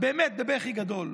באמת בבכי גדול,